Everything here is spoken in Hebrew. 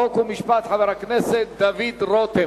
חוק ומשפט חבר הכנסת דוד רותם.